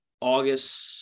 August